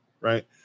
right